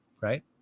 right